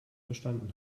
verstanden